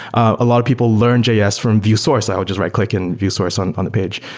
a lot of people learn js from view source. i would just right-click and view source on on the page.